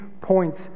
points